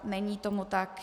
Není tomu tak.